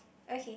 okay